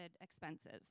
expenses